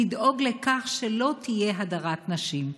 לדאוג לכך שלא תהיה הדרת נשים.